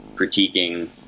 critiquing